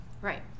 Right